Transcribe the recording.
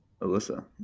Alyssa